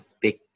big